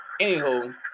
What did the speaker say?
anywho